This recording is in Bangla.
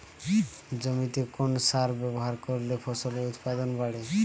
জমিতে কোন সার ব্যবহার করলে ফসলের উৎপাদন বাড়ে?